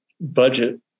budget